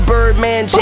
Birdman